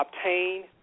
obtain